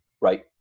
right